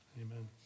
amen